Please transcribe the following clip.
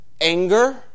anger